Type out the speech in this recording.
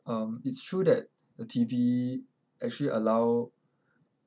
um it's true that T_V actually allow